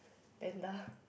panda